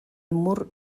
mur